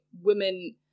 women